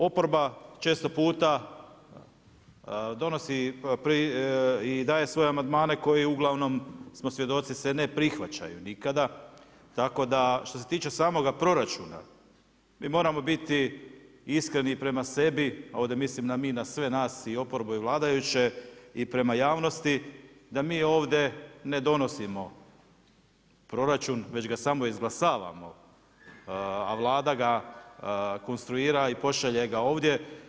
Oporba često puta donosi i daje svoje amandmane koje uglavnom smo svjedoci, se ne prihvaćaju nikada, tako da što se tiče samoga proračuna, mi moramo biti iskreni prema sebi, ovdje mislim na mi, na sve nas i oporbu i vladajuće, i prema javnosti, da mi ovdje ne donosimo proračun, već ga samo izglasavamo, a Vlada ga konstruira i pošalje ga ovdje.